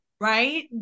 right